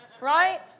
Right